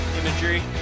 imagery